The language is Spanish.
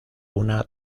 una